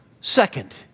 Second